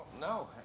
No